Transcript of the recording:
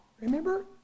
Remember